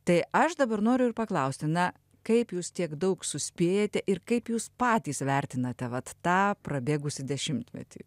tai aš dabar noriu ir paklausti na kaip jūs tiek daug suspėjate ir kaip jūs patys vertinate vat tą prabėgusį dešimtmetį